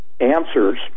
answers